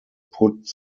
put